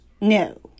No